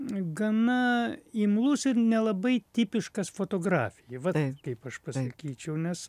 gana imlus ir nelabai tipiškas fotografijai va taip kaip aš pasakyčiau nes